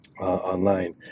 online